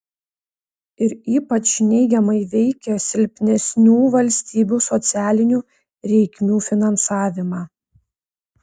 ir ypač neigiamai veikia silpnesnių valstybių socialinių reikmių finansavimą